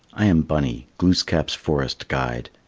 i am bunny glooskap's forest guide.